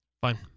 fine